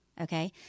Okay